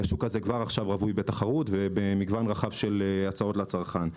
השוק זה כבר עכשיו רווי בתחרות ובמגוון רחב של הצעות לצרכן.